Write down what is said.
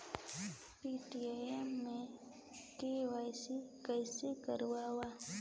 Paytm मे KYC कइसे करव?